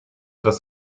das